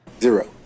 Zero